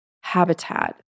habitat